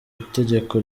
itegeko